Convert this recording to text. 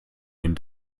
den